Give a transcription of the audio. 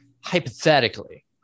hypothetically